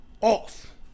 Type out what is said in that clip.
off